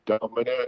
dominant